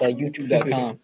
YouTube.com